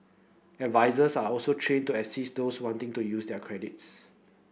advisers are also trained to assist those wanting to use their credits